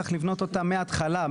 צריך לבנות אותם מההתחלה,